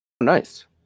nice